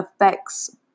affects